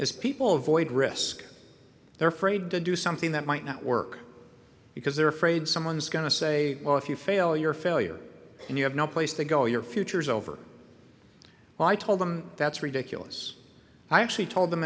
is people avoid risk their fraid to do something that might not work because they're afraid someone is going to say well if you fail your failure and you have no place to go your future's over well i told them that's ridiculous i actually told them